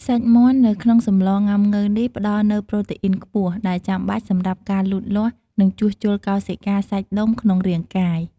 សាច់មាន់នៅក្នុងសម្លងុាំង៉ូវនេះ ផ្តល់នូវប្រូតេអ៊ុីនខ្ពស់ ដែលចាំបាច់សម្រាប់ការលូតលាស់ និងជួសជុលកោសិកា សាច់ដុំក្នុងរាងកាយ។